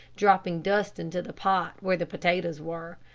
dropping dust into the pot where the potatoes were.